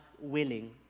willing